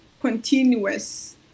continuous